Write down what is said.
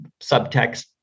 subtext